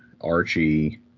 Archie